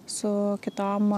su kitom